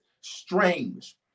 strange